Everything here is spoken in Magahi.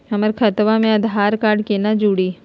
हमर खतवा मे आधार कार्ड केना जुड़ी?